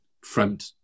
front